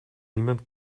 niemand